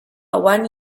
one